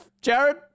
Jared